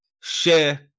share